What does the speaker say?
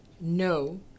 no